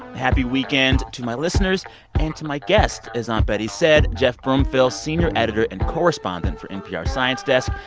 happy weekend to my listeners and to my guests, as aunt betty said, geoff brumfiel, senior editor and correspondent for npr's science desk,